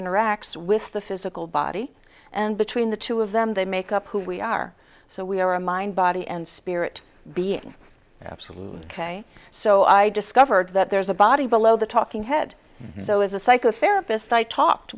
interacts with the physical body and between the two of them they make up who we are so we are a mind body and spirit being absolutely ok so i discovered that there is a body below the talking head so as a psychotherapist i talked